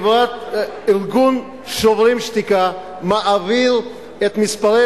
ארגון "שוברים שתיקה" מעביר את המספרים